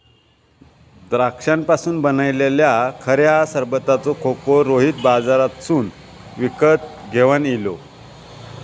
द्राक्षांपासून बनयलल्या खऱ्या सरबताचो खोको रोहित बाजारातसून विकत घेवन इलो